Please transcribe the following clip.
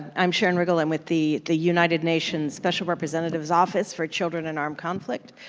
and i'm sharon riggle. i'm with the the united nations special representatives office for children in armed conflict,